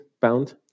Bound